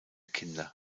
kinder